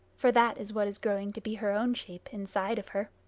for that is what is growing to be her own shape inside of her.